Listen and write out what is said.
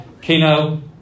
Kino